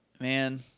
Man